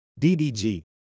DDG